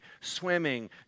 swimming